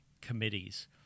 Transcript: Committees